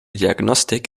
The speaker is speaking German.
diagnostik